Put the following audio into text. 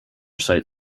site